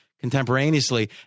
contemporaneously